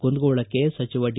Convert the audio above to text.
ಕುಂದಗೋಳಕ್ಕೆ ಸಚಿವ ಡಿ